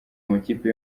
amakipe